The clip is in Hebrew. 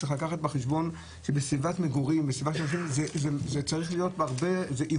צריך לקחת בחשבון שבסביבת מגורים זה צריך להיות בהרבה יותר זהירות,